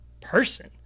person